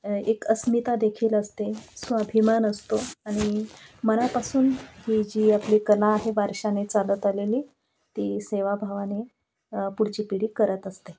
एक अस्मिता देखील असते स्वाभिमान असतो आणि मनापासून ही जी आपली कला आहे वारशाने चालत आलेली ती सेवाभावाने पुढची पिढी करत असते